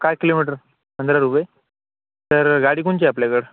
काय किलोमीटर पंधरा रुपये तर गाडी कोणची आहे आपल्याकडं